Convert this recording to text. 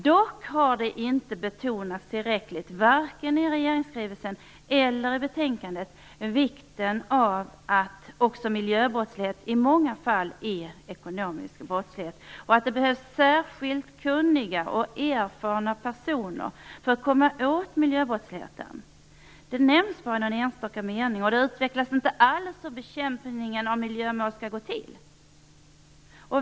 Dock har det inte betonats tillräckligt, vare sig i regeringsskrivelsen eller i betänkandet, att också miljöbrottslighet i många fall är ekonomisk brottslighet och att det behövs särskilt kunniga och erfarna personer för att man skall komma åt miljöbrottsligheten. Det nämns bara i någon enstaka mening, och det utvecklas inte alls hur bekämpningen av miljöbrott skall gå till.